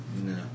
No